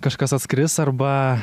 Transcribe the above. kažkas atskris arba